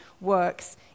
works